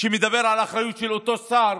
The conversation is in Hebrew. שמדבר על אחריות של אותו שר